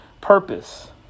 purpose